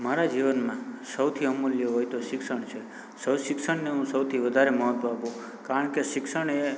મારા જીવનમાં સૌથી અમૂલ્ય હોય તો શિક્ષણ છે સૌ શિક્ષણને હું સૌથી વધારે મહત્ત્વ આપું કારણ કે શિક્ષણ એ